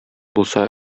булса